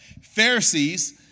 Pharisees